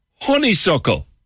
honeysuckle